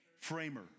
Framer